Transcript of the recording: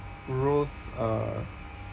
growth uh